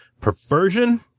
Perversion